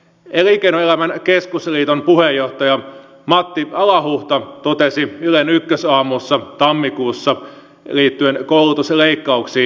elinkeinoelämän keskusliiton puheenjohtaja matti alahuhta totesi ylen ykkösaamussa tammikuussa liittyen koulutusleikkauksiin